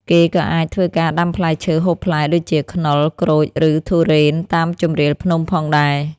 គេក៏អាចធ្វើការដាំផ្លែឈើហូបផ្លែដូចជា ខ្នុរ ក្រូច ឬធុរេនតាមជម្រាលភ្នំផងដែរ។